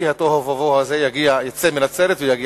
כי התוהו ובוהו הזה יצא מנצרת ויגיע